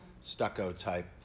stucco-type